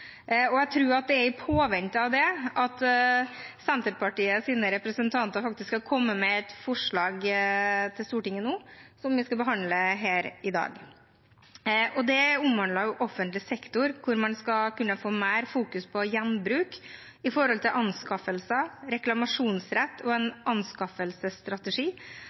er i påvente av det at Senterpartiets representanter faktisk har kommet med et forslag til Stortinget nå, som vi skal behandle her i dag. Det omhandler offentlig sektor, hvor man skal kunne fokusere mer på gjenbruk i forbindelse med anskaffelser, på reklamasjonsrett og på en anskaffelsesstrategi